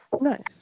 nice